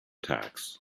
tacks